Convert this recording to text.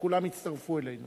וכולם יצטרפו אלינו.